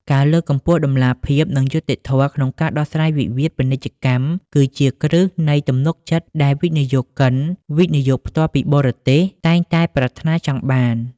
ការលើកកម្ពស់តម្លាភាព និងយុត្តិធម៌ក្នុងការដោះស្រាយវិវាទពាណិជ្ជកម្ម គឺជាគ្រឹះនៃទំនុកចិត្តដែលវិនិយោគិន វិនិយោគផ្ទាល់ពីបរទេស តែងតែប្រាថ្នាចង់បាន។